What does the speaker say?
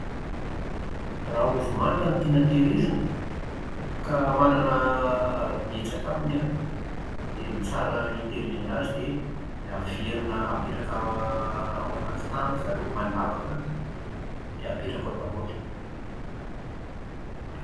Raha ovy manta no tiana tehirizina, ka manana betsaka aminy an, dia ny tsara hitahirizana azy dia averina apetraka ao anaty tany ry zareo. Mandavaka an dia apetraka ao dahôly